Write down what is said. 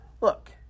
look